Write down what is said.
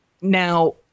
now